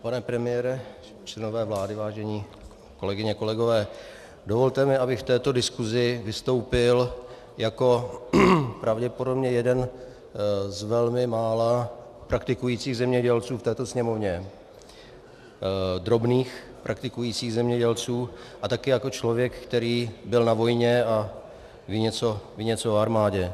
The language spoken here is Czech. Pane premiére, členové vlády, vážené kolegyně, kolegové, dovolte mi, abych v této diskusi vystoupil jako pravděpodobně jeden z velmi mála praktikujících zemědělců v této Sněmovně, drobných praktikujících zemědělců, a také jako člověk, který byl na vojně a ví něco o armádě.